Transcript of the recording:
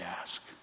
ask